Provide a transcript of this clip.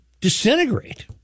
disintegrate